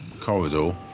corridor